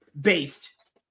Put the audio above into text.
based